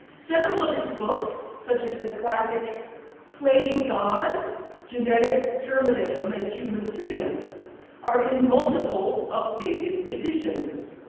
several of his books such as the classic playing god genetic determinism and human freedom are in multiple updated editions,